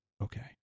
okay